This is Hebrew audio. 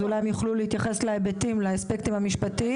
אז אולי הם יוכלו להתייחס לאספקטים המשפטיים.